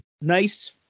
Nice